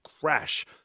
crash